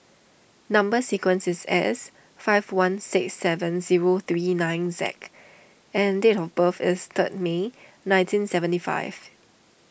Number Sequence is S five one six seven zero three nine Z and date of birth is third May nineteen seventy five